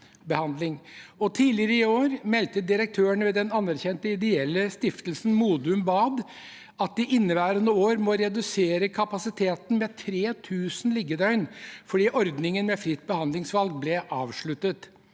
Tidligere i år meldte direktøren ved den anerkjente ideelle stiftelsen Modum Bad at de i inneværende år må redusere kapasiteten med 3 000 liggedøgn fordi ordningen med fritt behandlingsvalg ble avsluttet.